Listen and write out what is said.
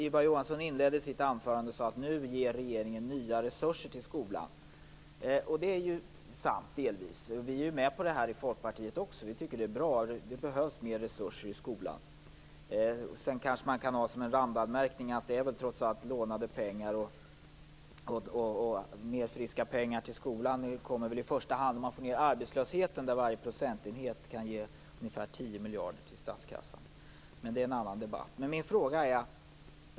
Ylva Johansson inledde sitt anförande med att regeringen nu ger nya resurser till skolan, och det är ju sant - delvis. Vi i Folkpartiet är ju också med på det. Vi tycker att det är bra. Det behövs mer resurser i skolan. Sedan kan det kanske vara en randanmärkning att det väl trots allt är lånade pengar. Mer friska pengar till skolan kommer väl först när man har fått ned arbetslösheten, där varje procentenhet kan ge ungefär 10 miljarder till statskassan. Men det är en annan debatt.